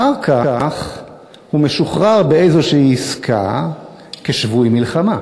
אחר כך הוא משוחרר באיזו עסקה כשבוי מלחמה.